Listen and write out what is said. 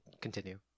continue